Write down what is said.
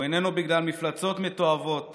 הוא איננו בגלל מפלצות מתועבות